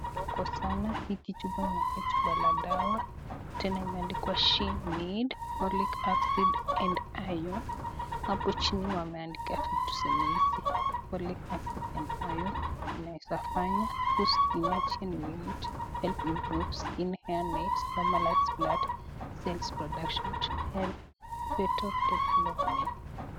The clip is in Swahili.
Chupa ndogo sana, hii kichupa inakaa chupa la dawa tena imeandikwa SHENEED Folic acid & Iron ,hapo chini wameandika vitu zenye hizi Folic acid & Iron iinaweza fanya Boosts energy and immunity, Helps improves skin, hair & nails, Normalizes blood cell production, Healthy fetal development .